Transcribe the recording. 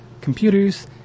computers